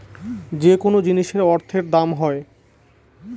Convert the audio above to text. যেকোনো জিনিসের অর্থের দাম হয়